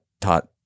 taught